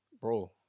bro